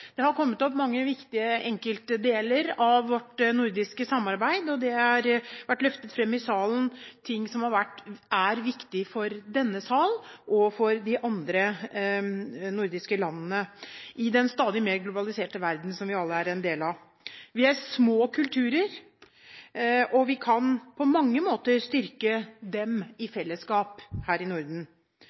Det har i debatten kommet opp mange viktige enkeltdeler av vårt nordiske samarbeid, og det har vært løftet fram ting som er viktige for denne sal og for de andre nordiske landene i den stadig mer globaliserte verden som vi alle er en del av. Vi er små kulturer, og vi kan på mange måter styrke dem i fellesskap her i Norden.